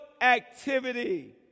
activity